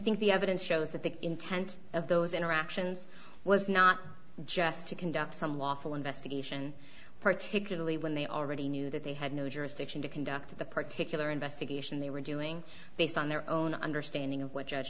think the evidence shows that the intent of those interactions was not just to conduct some lawful investigation particularly when they already knew that they had no jurisdiction to conduct the particular investigation they were doing based on their own understanding of what judge